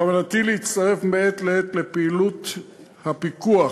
בכוונתי להצטרף מעת לעת לפעילות הפיקוח